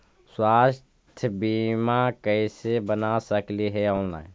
स्वास्थ्य बीमा कैसे बना सकली हे ऑनलाइन?